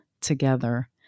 together